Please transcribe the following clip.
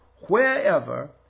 wherever